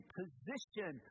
position